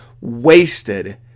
wasted